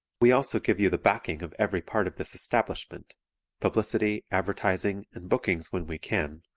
we also give you the backing of every part of this establishment publicity, advertising, and bookings when we can,